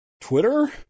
Twitter